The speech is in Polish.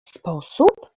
sposób